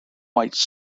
white